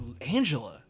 angela